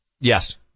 Yes